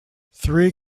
three